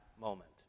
moment